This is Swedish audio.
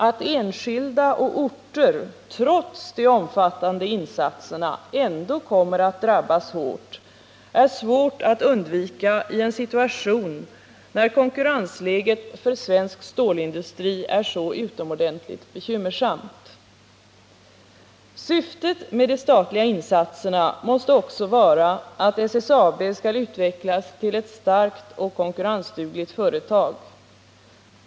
Att enskilda och orter trots de omfattande insatserna ändå kommer att drabbas hårt är svårt att undvika i en situation där konkurrensläget för svensk stålindustri är så utomordentligt bekymmersamt. Syftet med de statliga insatserna måste också vara att SSAB skall utvecklas till ett starkt och konkurrensdugligt företag.